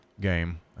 game